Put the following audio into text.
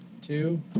Two